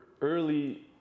early